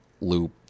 loop